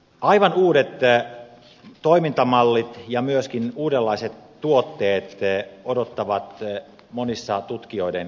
aivan uudet toimintamallit ja myöskin uudenlaiset tuotteet odottavat monissa tutkijoiden kammioissa